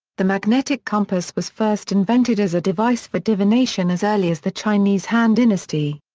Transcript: the magnetic compass was first invented as a device for divination as early as the chinese han dynasty.